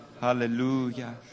Hallelujah